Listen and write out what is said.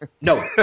No